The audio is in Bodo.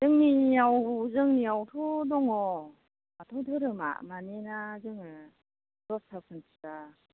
जोंनियाव जोंनियावथ' दङ बाथौ धोरोमा मानोना जोङो दस्राखौ मिथिया